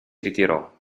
ritirò